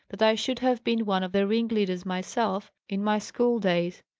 that i should have been one of the ringleaders myself, in my school days,